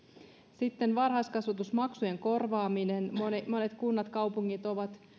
sitten varhaiskasvatusmaksujen korvaaminen monet monet kunnat ja kaupungit ovat